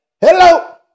Hello